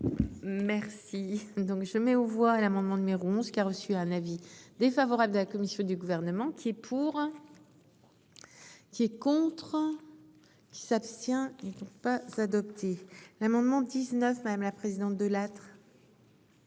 Merci donc je mets aux voix l'amendement numéro 11 qui a reçu un avis défavorable de la commission du gouvernement. C'est pour. Qui est contre. Qui s'abstient. Pass adopté l'amendement 19, madame la présidente de l'être.